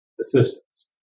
assistance